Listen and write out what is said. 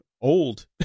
old